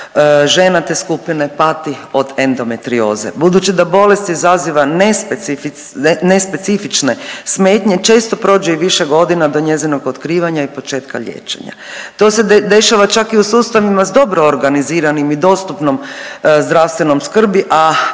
žena te skupine pati od endometrioze. Budući da bolest izaziva nespecifične smetnje često prođe i više godina do njezinog otkrivanja i početka liječenja. To se dešava čak i u sustavima s dobro organiziranim i dostupnom zdravstvenom skrbi, a